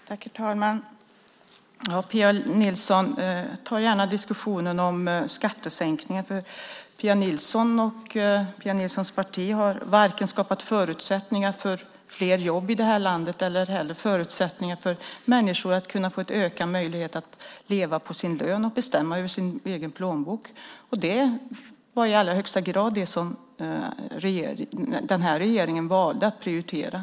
Herr talman! Pia Nilsson, jag tar gärna diskussionen om skattesänkningar, för Pia Nilsson och hennes parti har varken skapat förutsättningar för fler jobb i det här landet eller ökat möjligheterna för människor att leva på sin lön och bestämma över sin egen plånbok. Det är i allra högsta grad det som den här regeringen har valt att prioritera.